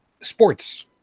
Sports